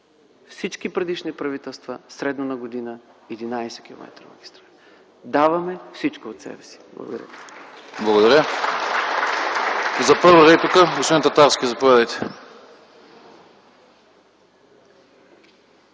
Всички предишни правителства средно на година – 11 км магистрали. Даваме всичко от себе си. Благодаря